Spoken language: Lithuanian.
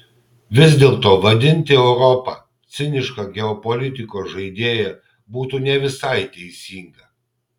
vis dėlto vadinti europą ciniška geopolitikos žaidėja būtų ne visai teisinga